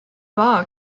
bar